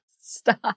Stop